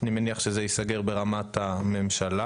אני מניח שזה ייסגר ברמת הממשלה.